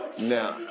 Now